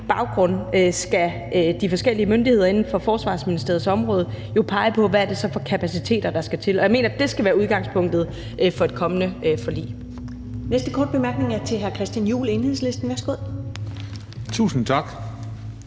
baggrund skal de forskellige myndigheder inden for Forsvarsministeriets område jo pege på, hvad det så er for kapaciteter, der skal til. Og jeg mener, at det skal være udgangspunktet for et kommende forlig. Kl. 13:03 Første næstformand (Karen Ellemann): Den næste korte